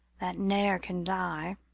that ne'er can die